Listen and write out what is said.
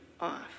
off